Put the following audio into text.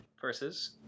versus